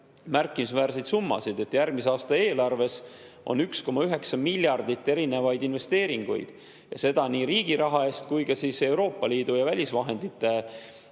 märkimisväärseid summasid. Järgmise aasta eelarves on 1,9 miljardit [eurot] erinevaid investeeringuid, seda nii riigi raha eest kui ka Euroopa Liidu ja välisvahendite